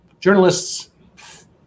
Journalists